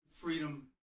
freedom